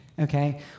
okay